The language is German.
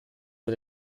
für